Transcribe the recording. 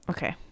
Okay